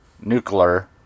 Nuclear